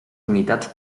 unitats